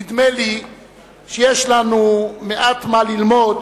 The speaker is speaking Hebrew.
נדמה לי שיש לנו מעט מה ללמוד